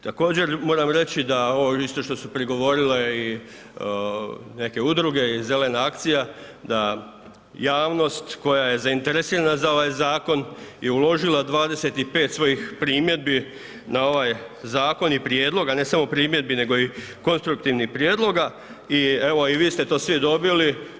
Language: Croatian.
Također moram reći da ovo što su prigovorile neke udruge i Zelena akcija da javnost koja je zainteresirana za ovaj zakon je uložila 25 svojih primjedbi na ovaj zakon i prijedloga, ne samo primjedbi nego i konstruktivnih prijedloga i evo svi ste vi to dobili.